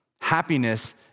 Happiness